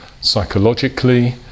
psychologically